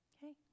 Okay